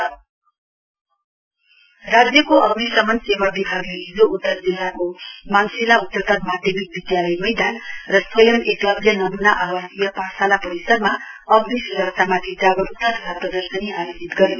fire safety राज्यको अग्नि शमन सेवा विभागले हिजो उत्तर जिल्लाको माङशिला उच्चतर माध्यमिक विधालय मैदान र स्वयम् एकलब्य नमूना आवासीय पाठशाला परिसरमा अग्नि स्रक्षामाथि जागरूकता तथा प्रदर्शनी आयोजित गर्यो